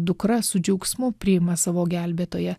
dukra su džiaugsmu priima savo gelbėtoją